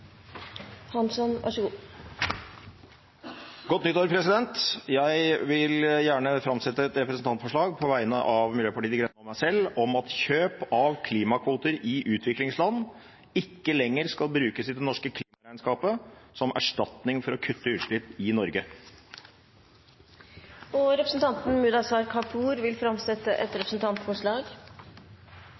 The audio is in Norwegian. Godt nyttår, president! Jeg vil gjerne framsette et representantforslag på vegne av Miljøpartiet De Grønne og meg selv om at kjøp av klimakvoter i utviklingsland ikke lenger skal brukes i det norske klimaregnskapet som erstatning for å kutte utslipp i Norge. Representanten Mudassar Kapur vil framsette et representantforslag.